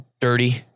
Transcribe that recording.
dirty